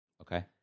Okay